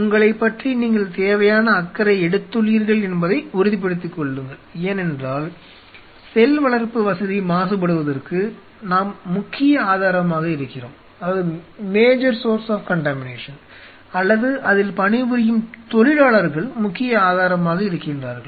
உங்களைப் பற்றி நீங்கள் தேவையான அக்கறை எடுத்துள்ளீர்கள் என்பதை உறுதிப்படுத்திக் கொள்ளுங்கள் ஏனென்றால் செல் வளர்ப்பு வசதி மாசுபடுவதற்கு நாம் முக்கிய ஆதாரமாக இருக்கிறோம் அல்லது அதில் பணிபுரியும் தொழிலாளர்கள் முக்கிய ஆதாரமாக இருக்கின்றார்கள்